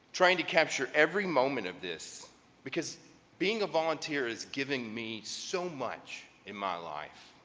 trying to capture every moment of this because being a volunteer is giving me so much in my life